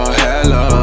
hella